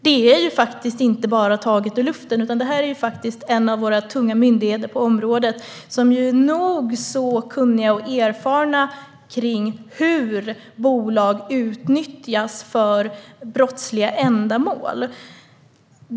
Det är inte bara taget ur luften, utan Skatteverket är en av våra tunga myndigheter på området, som är nog så kunnigt och erfaret när det gäller hur bolag utnyttjas för brottsliga ändamål.